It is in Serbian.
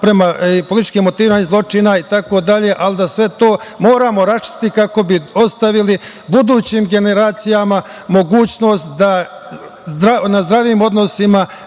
bilo politički motiviranih odluka, zločina itd, ali da sve to moramo raščistiti kako bi ostavili budućim generacijama mogućnost da na zdravim odnosima